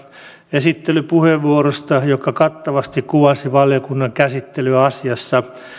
esittelypuheenvuorosta joka kattavasti kuvasi valiokunnan käsittelyä asiassa